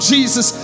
Jesus